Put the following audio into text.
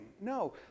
No